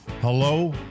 Hello